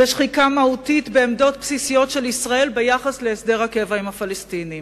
ושחיקה מהותית בעמדות בסיסיות של ישראל ביחס להסדר הקבע עם הפלסטינים.